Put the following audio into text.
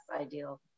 ideal